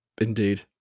Indeed